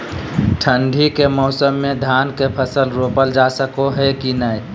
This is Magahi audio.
ठंडी के मौसम में धान के फसल रोपल जा सको है कि नय?